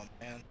man